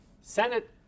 Senate